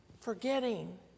forgetting